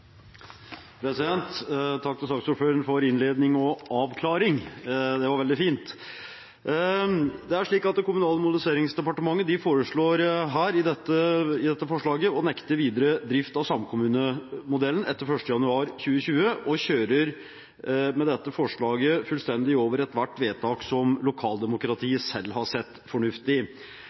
Takk til saksordføreren for innledning og avklaring – det var veldig fint. Det er slik at Kommunal- og moderniseringsdepartementet i dette forslaget foreslår å nekte videre drift av samkommunemodellen etter 1. januar 2020 og kjører med dette forslaget fullstendig over ethvert vedtak som lokaldemokratiet selv har sett fornuft i.